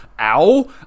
ow